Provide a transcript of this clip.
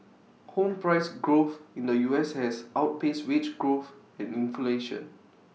home price growth in the U S has outpaced wage growth and inflation